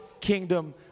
kingdom